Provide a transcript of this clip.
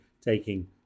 taking